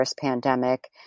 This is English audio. pandemic